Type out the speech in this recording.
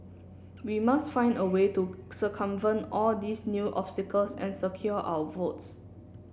we must find a way to circumvent all these new obstacles and secure our votes